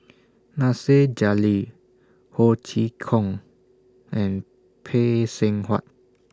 Nasir Jalil Ho Chee Kong and Phay Seng Whatt